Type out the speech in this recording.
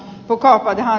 herr talman